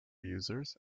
users